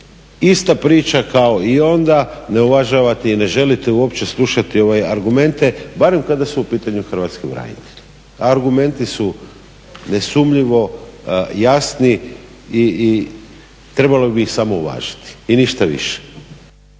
ista priča kao i onda, ne uvažavate i ne želite uopće slušati argumente, barem kada su u pitanju hrvatski branitelji. Argumenti su nesumnjivo jasni i trebalo bi ih samo uvažiti i ništa više.